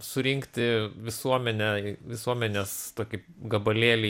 surinkti visuomenę visuomenės kaip gabalėlį